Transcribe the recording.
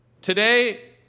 Today